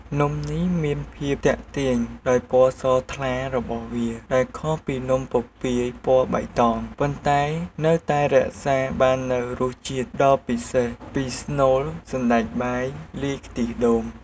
នំនេះមានភាពទាក់ទាញដោយពណ៌សថ្លារបស់វា ដែលខុសពីនំពពាយពណ៌បៃតង ប៉ុន្តែនៅតែរក្សាបាននូវរសជាតិដ៏ពិសេសពីស្នូលសណ្តែកបាយលាយខ្ទិះដូង។